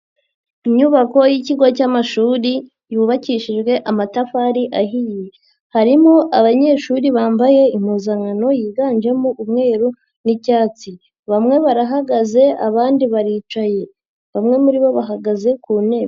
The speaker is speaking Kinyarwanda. Inyubako y'ikigo cy'amashuri yubakishijwe amatafari ahiye harimo abanyeshuri bambaye impuzankano yiganjemo umweru n'icyatsi, bamwe barahagaze abandi baricaye, bamwe muri bo bahagaze ku ntebe.